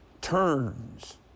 turns